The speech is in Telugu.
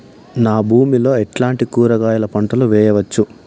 నా భూమి లో ఎట్లాంటి కూరగాయల పంటలు వేయవచ్చు?